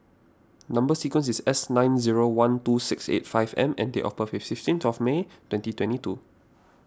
Number Sequence is S nine zero one two six eight five M and date of birth is fifteenth May twenty twenty two